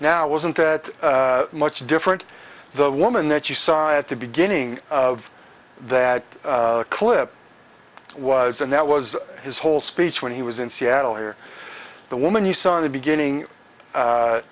now wasn't that much different the woman that you saw at the beginning of that clip was and that was his whole speech when he was in seattle or the woman you saw in the beginning